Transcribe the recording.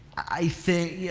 i think,